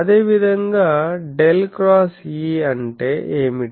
అదేవిధంగా ∇X E అంటే ఏమిటి